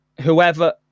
whoever